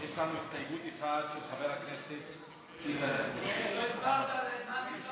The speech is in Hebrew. יש לנו הסתייגות אחת, של חבר הכנסת איתן ברושי.